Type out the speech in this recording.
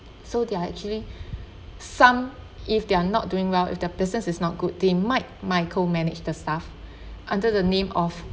so they are actually some if they're not doing well if their business is not good they might micromanage the staff under the name of